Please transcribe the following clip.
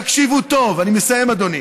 תקשיבו טוב, אני מסיים, אדוני: